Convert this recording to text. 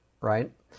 right